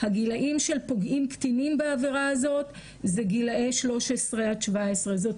הגילאים של פוגעים קטינים בעבירה הזאת זה גילאי 13 עד 17. זאת